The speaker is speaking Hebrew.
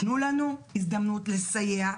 תנו לנו הזדמנות לסייע,